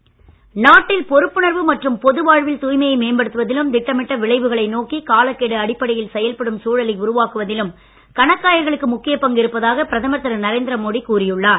மோடி நாட்டில் பொறுப்புணர்வு மற்றும் பொது வாழ்வில் தூய்மையை மேம்படுத்துவதிலும் திட்டமிட்ட விளைவுகளை நோக்கி காலக்கெடு அடிப்படையில் செயல்படும் சூழலை உருவாக்குவதிலும் கணக்காயர்களுக்கு முக்கிய பங்கு இருப்பதாக பிரதமர் திரு நரேந்திரமோடி கூறி உள்ளார்